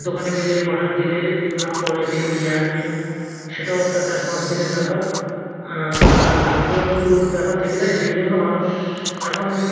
দোকানে গেলে অর্ডার দিলে তার পরে তিনি নিয়ে আসবেন সেটাও একটা চার পাঁচ দিনের ব্যাপার আর দামেরও একটু ব্যাপার থেকে যায় সেই জন্য মানুষ এখন